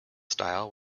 style